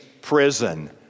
prison